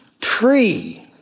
tree